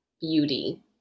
beauty